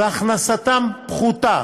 ואלה שהכנסתם פחותה